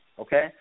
okay